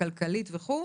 כלכלית וכולי.